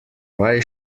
why